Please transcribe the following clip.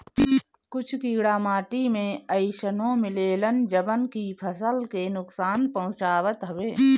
कुछ कीड़ा माटी में अइसनो मिलेलन जवन की फसल के नुकसान पहुँचावत हवे